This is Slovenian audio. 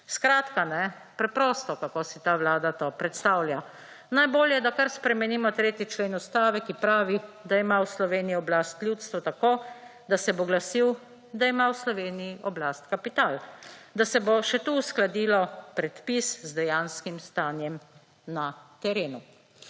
Skratka, preprosto, kako si ta Vlada to predstavlja. Najbolje, da kar spremenimo 3. člen ustave, ki pravi, da ima v Sloveniji oblast ljudstvo, tako da se bo glasil, da ima v Sloveniji oblast kapital, da se bo še tu uskladilo predpis z dejanskim stanjem na terenu.